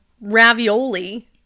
ravioli